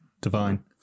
Divine